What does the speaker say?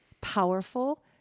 powerful